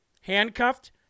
handcuffed